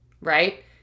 right